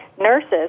nurses